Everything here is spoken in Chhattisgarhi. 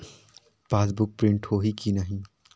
पासबुक प्रिंट होही कि नहीं?